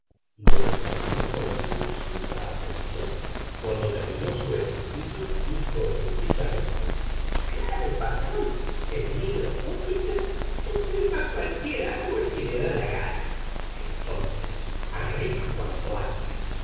lo examinó con minuciosa atención cuando terminó su escrutinio dijo sencillamente claro patrón el negro júpiter se trepa a cualquier árbol que le da la gana entonces arriba cuanto antes